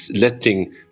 letting